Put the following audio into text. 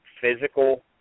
physical